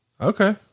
Okay